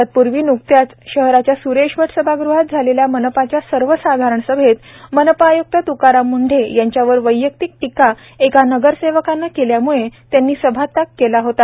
तत्पूर्वी न्कत्याच शहराच्या सुरेश भट सभागृहात झालेल्या मानपच्या सर्व साधारण सभेत मनपा आय्क्त त्काराम म्ंढे यांच्या वर वैयक्तिक टीका एक नगरसेवकाने केल्याम्ळे त्यांनी सभात्याग केला होता